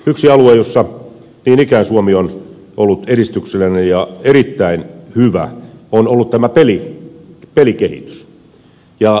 yksi alue jossa niin ikään suomi on ollut edistyksellinen ja erittäin hyvä on ollut tämä pelikehitys